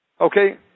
Okay